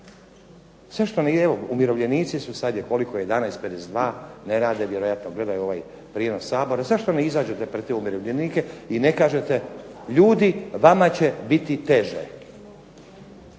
Zašto evo, umirovljenici su, sad je koliko 11,52, ne rade, vjerojatno gledaju ovaj prijenos Sabora, zašto ne izađete pred te umirovljenike i ne kažete ljudi, vama će biti teže.